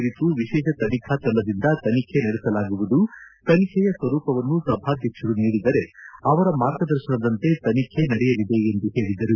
ಕುರಿತು ವಿಶೇಷ ತನಿಖಾ ತಂಡದಿಂದ ತನಿಖೆ ನಡೆಸಲಾಗುವುದು ತನಿಖೆಯ ಸ್ವರೂಪವನ್ನು ಸಭಾಧ್ವಕ್ಷರು ನೀಡಿದರೆ ಅವರ ಮಾರ್ಗದರ್ಶನದಂತೆ ತನಿಖೆ ನಡೆಯಲಿದೆ ಎಂದು ಹೇಳಿದರು